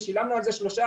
ושילמנו על זה 3,